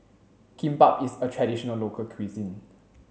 kimbap is a traditional local cuisine